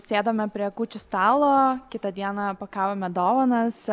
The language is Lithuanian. sėdome prie kūčių stalo kitą dieną pakavome dovanas